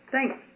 Thanks